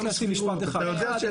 רק להשלים משפט אחד, אחד.